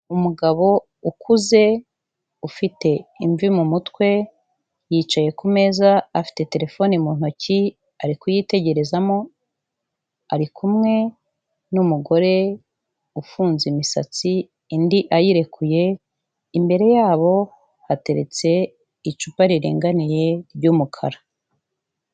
Umugabo ukuze ufite imvi mu mutwe, yicaye ku meza afite telefone mu ntoki ari kuyitegerezamo, ari kumwe n'umugore ufunze imisatsi indi ayirekuye, imbere yabo hateretse icupa riringaniye ry'umukara.